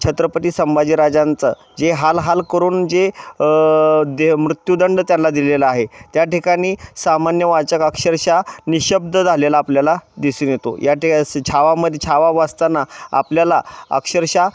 छत्रपती संभाजी राजांचं जे हाल हाल करून जे दे मृत्यूदंड त्यांना दिलेला आहे त्या ठिकाणी सामान्य वाचक अक्षरश नि शब्द झालेला आपल्याला दिसून येतो याठी छवामध्ये छावा वाचताना आपल्याला अक्षरश